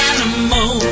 Animal